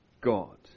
God